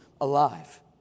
alive